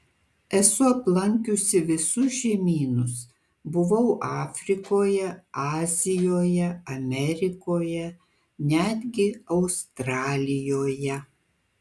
esu aplankiusi visus žemynus buvau afrikoje azijoje amerikoje netgi australijoje